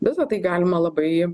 visa tai galima labai